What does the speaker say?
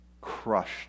Crushed